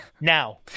Now